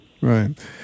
Right